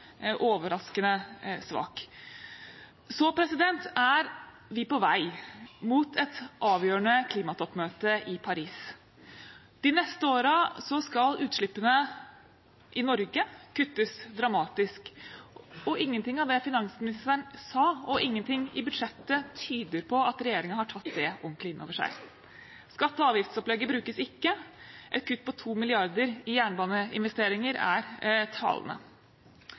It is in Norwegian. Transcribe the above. overraskende svak. Så er vi på vei mot et avgjørende klimatoppmøte i Paris. De neste årene skal utslippene i Norge kuttes dramatisk. Ingenting av det finansministeren sa, og ingenting i budsjettet, tyder på at regjeringen har tatt det ordentlig inn over seg. Skatte- og avgiftsopplegget brukes ikke. Et kutt på 2 mrd. kr i jernbaneinvesteringer er talende.